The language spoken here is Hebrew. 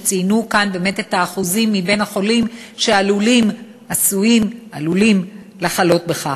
וציינו כאן באמת את האחוזים מבין החולים שעלולים לחלות בזה,